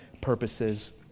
purposes